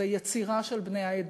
זו יצירה של בני העדה,